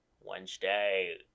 wednesday